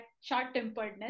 short-temperedness